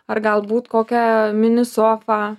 ar galbūt kokią mini sofą